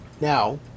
Now